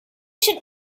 should